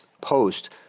post